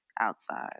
outside